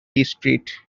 street